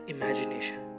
Imagination